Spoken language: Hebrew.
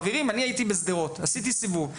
חברים, אני הייתי בשדרות, עשיתי סיבוב.